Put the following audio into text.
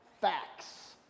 facts